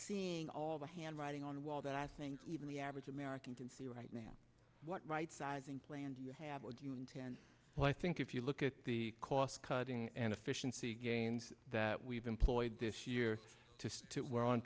seeing all the handwriting on the wall that i think even the average american can see right now what right sizing plan do you have i think if you look at the cost cutting and efficiency gains that we've employed this year we're on